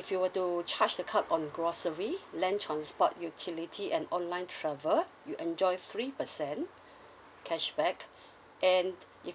if you were to charge the card on grocery land transport utility and online travel you enjoyed three percent cashback and if